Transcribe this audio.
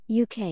UK